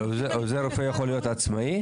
עוזר רופא יכול להיות עצמאי?